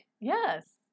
Yes